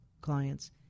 clients